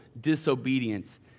disobedience